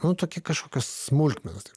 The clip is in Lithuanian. nu tokie kažkokios smulkmenos